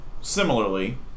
Similarly